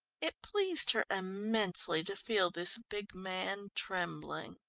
it pleased her immensely to feel this big man trembling.